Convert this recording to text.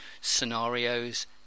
scenarios